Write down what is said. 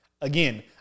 Again